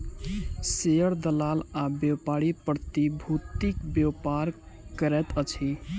share दलाल आ व्यापारी प्रतिभूतिक व्यापार करैत अछि